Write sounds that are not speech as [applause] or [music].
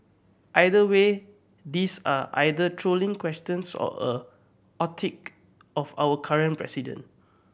either way these are either trolling questions or a [unintelligible] of our current president